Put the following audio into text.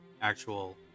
actual